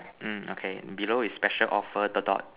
mm okay below is special offer dot dot